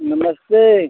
नमस्ते